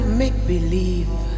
make-believe